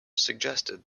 suggested